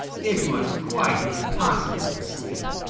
it was quite impossible to sleep.